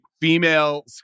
female